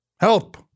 Help